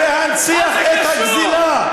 ולהמשיך את הגזלה,